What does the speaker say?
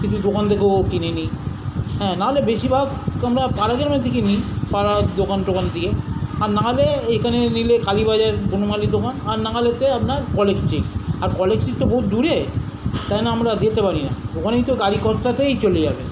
কিন্তু দোকান থেকেও কিনে নিই হ্যাঁ নাহলে বেশিভাগ তোমরা পাড়ার দোকান থেকে নিই পাড়ার দোকান টোকান থেকে আর না হলে এখানে নিলে কালী বাজার বনমালীর দোকান আর না হলে আপনার কলেজ স্ট্রিট আর কলেজ স্ট্রিট তো বহু দূরে তাই জন্য আমরা যেতে পারি না ওখানেই তো গাড়ি খরচাতেই চলে যাবে